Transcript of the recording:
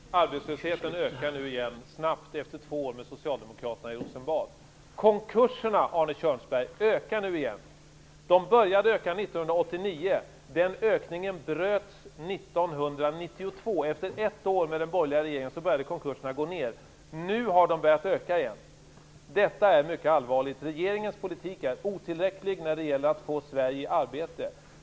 Fru talman! Arbetslösheten ökar nu snabbt igen, efter två år med Socialdemokraterna i Rosenbad. Konkurserna ökar nu igen, Arne Kjörnsberg. De började öka 1989. Den ökningen bröts 1992. Efter ett år med den borgerliga regeringen började antalet konkurser gå ner. Nu har de börjat öka igen. Detta är mycket allvarligt. Regeringens politik är otillräcklig när det gäller att få Sverige i arbete.